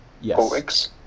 yes